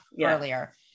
earlier